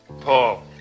Paul